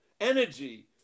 Energy